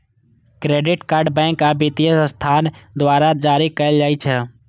credit card bank आ वित्तीय संस्थान द्वारा जारी कैल जाइ छै